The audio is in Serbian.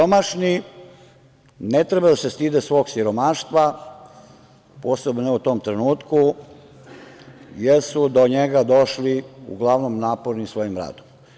Siromašni ne treba da se stide svog siromaštva, posebno ne u tom trenutku, jer su do njega došli uglavnom napornim svojim radom.